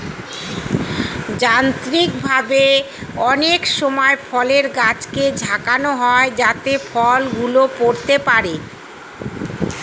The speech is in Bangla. যান্ত্রিকভাবে অনেক সময় ফলের গাছকে ঝাঁকানো হয় যাতে ফল গুলো পড়তে পারে